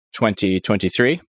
2023